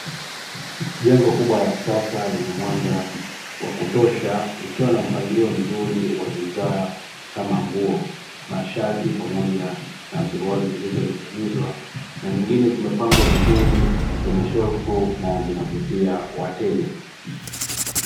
Jengo kubwa la kisasa lenye mwanga wa kutosha, likiwa na mpangilio mzuri wa bidhaa kama nguo, mashati pamoja na suruali zilizoning'inizwa na nyingine zimepangwa vizuri kwenye shelfu na zinavutia wateja.